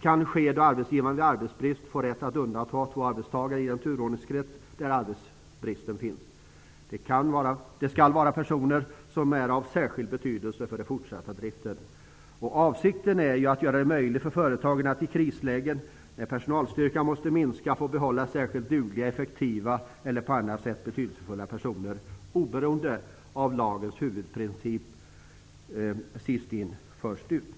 kan ske vid arbetsbrist, då arbetsgivaren får rätt att undanta två arbetstagare i den turordningskrets där arbetsbristen har uppstått. Det skall vara personer som är av särskild betydelse för den fortsatta driften. Avsikten är att göra det möjligt för företagen att i krislägen, då personalstyrkan måste minska, få behålla särskilt dugliga, effektiva eller på annat sätt betydelsefulla personer, oberoende av lagens huvudprincip ''sist in -- först ut''.